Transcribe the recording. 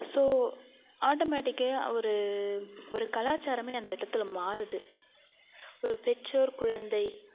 so ஆட்டோமேட்டிக்காக ஒரு ஒரு கலாச்சாரமே அந்த இடத்துல மாறுது ஒரு பெற்றோர் குழந்தை